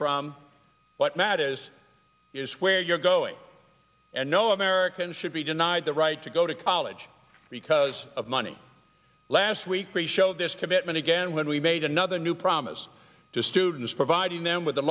from what matt is is where you're going and no american should be denied the right to go to college because of money last week we show this commitment again when we made another new promise to students providing them with the